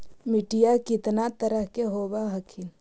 मिट्टीया कितना तरह के होब हखिन?